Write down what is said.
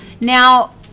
Now